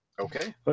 Okay